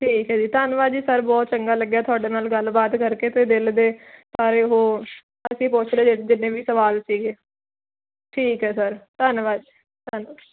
ਠੀਕ ਐ ਜੀ ਧੰਨਵਾਦ ਜੀ ਸਰ ਬਹੁਤ ਚੰਗਾ ਲੱਗਿਆ ਜੀ ਤੁਹਾਡੇ ਨਾਲ ਗੱਲਬਾਤ ਕਰਕੇ ਤੁਸੀਂ ਦਿਲ ਦੇ ਸਾਰੇ ਉਹ ਪੁੱਛ ਲਏ ਜਿੰਨੇ ਵੀ ਸਵਾਲ ਸੀਗੇ ਠੀਕ ਐ ਸਰ ਧੰਨਵਾਦ ਜੀ ਧੰਨਵਾਦ